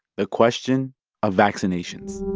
the question of vaccinations